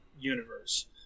universe